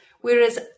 whereas